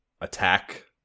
attack